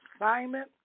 assignment